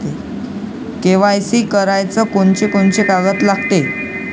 KYC कराच कोनचे कोनचे कागद लागते?